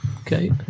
Okay